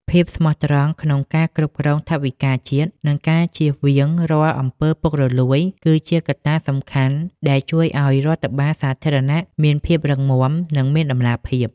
ភាពស្មោះត្រង់ក្នុងការគ្រប់គ្រងថវិកាជាតិ និងការចៀសវាងរាល់អំពើពុករលួយ គឺជាកត្តាសំខាន់ដែលជួយឱ្យរដ្ឋបាលសាធារណៈមានភាពរឹងមាំ និងមានតម្លាភាព។